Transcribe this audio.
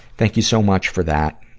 thank you so much for that.